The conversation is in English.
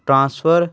transfer